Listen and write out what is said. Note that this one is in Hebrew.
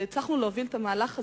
והצלחנו להוביל את המהלך הזה.